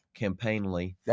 campaignly